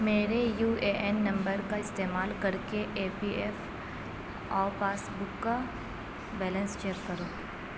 میرے U A N number کا استعمال کر کے E P F O passbook کا بیلنس چیک کرو